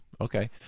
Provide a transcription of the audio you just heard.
Okay